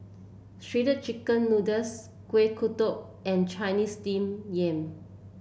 Shredded Chicken Noodles Kuih Kodok and Chinese Steamed Yam